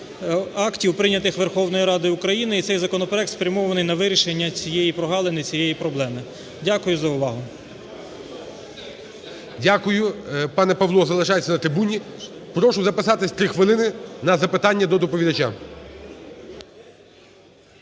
актів, прийнятих Верховною Радою України, і цей законопроект спрямований на вирішення цієї прогалини, цієї проблеми. Дякую за увагу. ГОЛОВУЮЧИЙ. Дякую. Пане Павло, залишайтесь на трибуні. Прошу записатися, 3 хвилини, на запитання до доповідача.